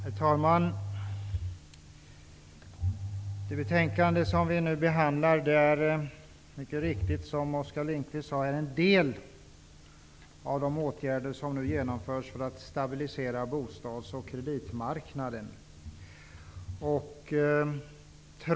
Herr talman! Det betänkande vi debatterar behandlar som Oskar Lindkvist mycket riktigt sade en del av de åtgärder som nu genomförs för att stabilisera bostads och kreditmarknaden.